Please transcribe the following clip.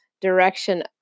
direction